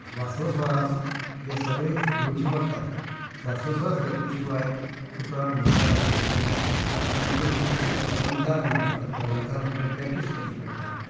स्वासोस्वास हे सगळें घेवची पडटात स्वासोस्वास घेतले शिवाय तुका म्हणपा जायना केन्ना आमचे हितून कितें अलंकार म्हण आसतात ते अलंकार म्हणटा ते प्रॅक्टीस करचे पडटात